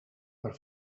per